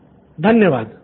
student 3 धन्यवाद